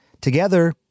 Together